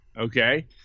okay